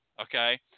okay